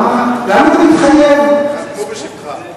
אמרו בשמך.